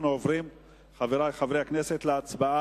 חברי חברי הכנסת,